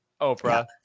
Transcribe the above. Oprah